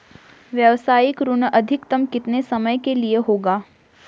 व्यावसायिक ऋण अधिकतम कितने समय के लिए होगा?